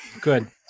Good